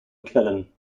mcclellan